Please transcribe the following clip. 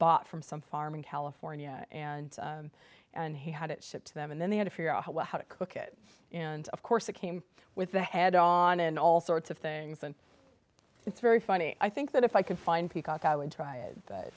bought from some farm in california and and he had it shipped to them and then they had to figure out what how to cook it and of course it came with the head on and all sorts of things and it's very funny i think that if i can find peacock i would try it